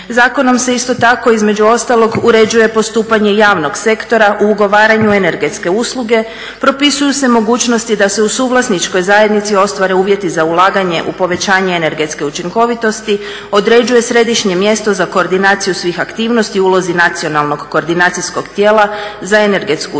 Zakonom se isto tako između ostalog uređuje i postupanje javnog sektora u ugovaranju energetske usluge, propisuju se mogućnosti da se u suvlasničkoj zajednici ostvare uvjeti za ulaganje u povećanje energetska učinkovitosti, određuje središnje mjesto za koordinaciju svih aktivnosti u ulozi nacionalnog koordinacijskog tijela za energetska